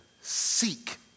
seek